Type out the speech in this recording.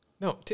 No